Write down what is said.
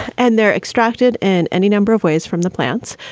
and they're extracted and any number of ways from the plants.